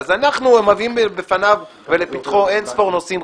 אז אנחנו מביאים בפניו ולפתחו אין-ספור נושאים חשובים,